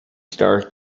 star